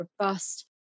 robust